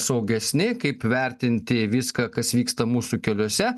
saugesni kaip vertinti viską kas vyksta mūsų keliuose